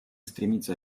стремиться